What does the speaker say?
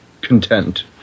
content